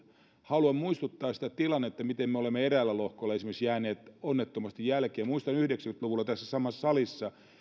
haluan muistuttaa siitä tilanteesta miten me olemme eräällä lohkolla esimerkiksi jääneet onnettomasti jälkeen muistan yhdeksänkymmentä luvulla tässä samassa salissa